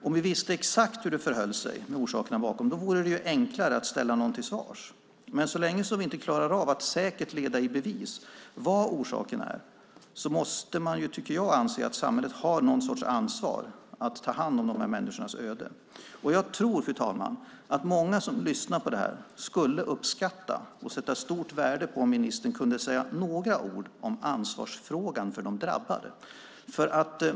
Om vi visste exakt hur det förhöll sig med orsakerna vore det enklare att ställa någon till svars. Men så länge vi inte klarar av att säkert leda i bevis vad orsakerna är måste man anse att samhället har något sorts ansvar för att ta hand om de här människornas öden. Fru talman! Jag tror att många som lyssnar på det här skulle uppskatta och sätta stort värde på om ministern kunde säga några ord om ansvarsfrågan för de drabbade.